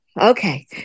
okay